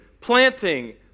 planting